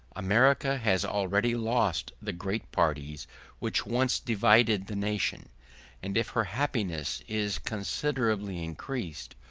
america has already lost the great parties which once divided the nation and if her happiness is considerably increased,